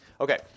Okay